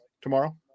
tomorrow